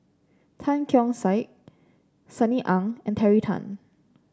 Tan Keong Saik Sunny Ang and Terry Tan